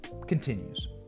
continues